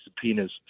subpoenas